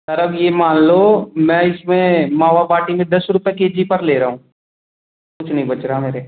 sir अब ये मान लो मैं इसमें मावा बाटी में दस रुपये के जी पर ले रहा हूँ कुछ नहीं बच रहा मेरे